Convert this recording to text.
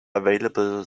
available